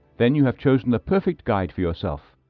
then you have chosen the perfect guide for yourself.